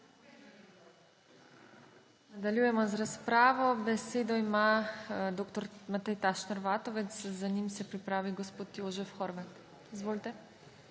Nadaljujemo z razpravo. Besedo ima dr. Matej Tašner Vatovec, za njim se pripravi gospod Jožef Horvat. Izvolite.